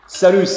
Salut